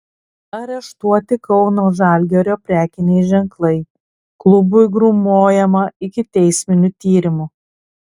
areštuoti kauno žalgirio prekiniai ženklai klubui grūmojama ikiteisminiu tyrimu